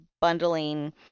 bundling